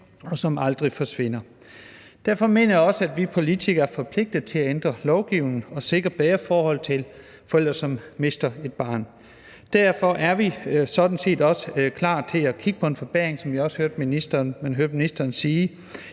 og som aldrig forsvinder. Derfor mener jeg også, at vi politikere er forpligtet til at ændre lovgivningen og sikre bedre forhold til forældre, som mister et barn. Derfor er vi sådan set også klar til at kigge på en forbedring i forhold til sorgorlov,